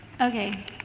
Okay